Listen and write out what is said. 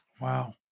Wow